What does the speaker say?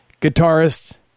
guitarist